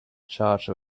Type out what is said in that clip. charge